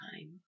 time